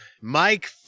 Mike